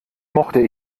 mochte